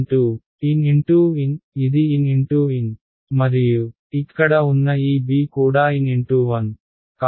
N x N ఇది N x N మరియు ఇక్కడ ఉన్న ఈ b కూడా N x 1